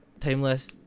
Timeless